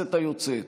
בכנסת היוצאת,